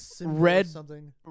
Red